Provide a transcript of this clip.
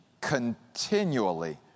continually